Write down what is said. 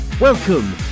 Welcome